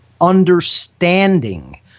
understanding